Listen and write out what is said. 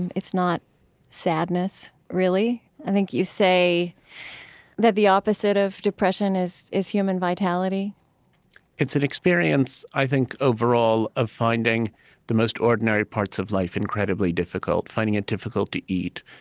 and it's not sadness, really. i think you say that the opposite of depression is is human vitality it's an experience, i think, overall, of finding the most ordinary parts of life incredibly difficult finding it difficult to eat,